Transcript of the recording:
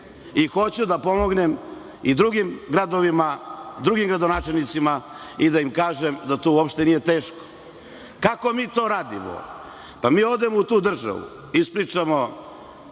Hoću da pomognem i drugim gradovima, drugim gradonačelnicima i da im kažem da to uopšte nije teško. Kako mi to radimo? Odemo u tu državu, ispričamo